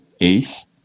ace